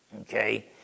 Okay